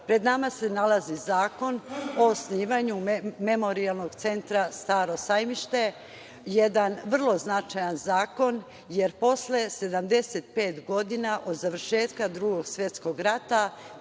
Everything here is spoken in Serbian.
pred nama se nalazi zakon o osnivanju memorijalnog centra „Staro sajmište“, jedan vrlo značajan zakon, jer posle 75 godina od završetka Drugog svetskog rata